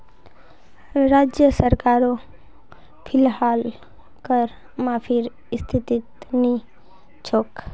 राज्य सरकारो फिलहाल कर माफीर स्थितित नी छोक